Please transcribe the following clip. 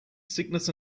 sickness